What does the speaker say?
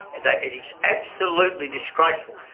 and it is absolutely disgraceful.